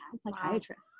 psychiatrist